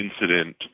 incident